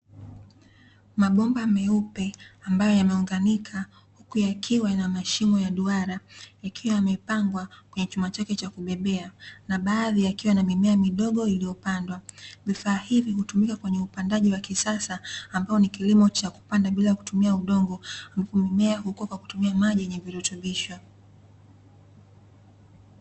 Mabomba meupe ambayo yameunganika huku yakiwa na mashimo ya duara yakiwa yamepangwa kwenye chuma chake cha kubebea na baadhi yakiwa yana mimea midogo iliyopandwa. Vifaa hivi hutumika kwenye upandaji wa kisasa ambao ni kilimo cha kupanda bila kutumia udongo, mmea hukuwa kwa kutumia maji yenye rutubisho.